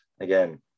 again